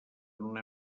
una